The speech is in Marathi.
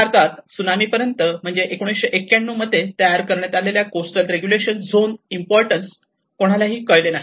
भारतात त्सुनामीपर्यंत 1991 मध्ये तयार करण्यात आलेल्या कोस्टल रेगुलेशन झोनचे इम्पॉर्टन्स कोणालाही कळले नाही